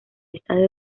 estadio